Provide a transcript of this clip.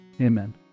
Amen